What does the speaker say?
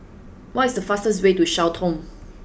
what is the fastest way to Sao Tome